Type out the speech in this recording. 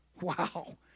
Wow